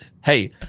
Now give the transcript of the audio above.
hey